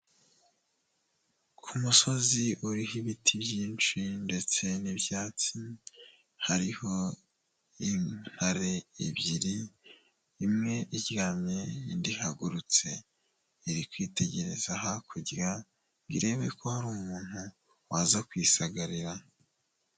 Ku musozi uriho ibiti byinshi ndetse n'ibyatsi, hariho intare ebyiri, imwe iryamye, indi ihagurutse, iri kwitegereza hakurya ngo irebe ko hari umuntu waza kuyisagarira.